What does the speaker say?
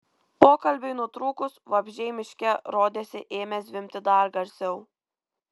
pokalbiui nutrūkus vabzdžiai miške rodėsi ėmė zvimbti dar garsiau